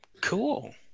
Cool